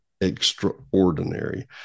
extraordinary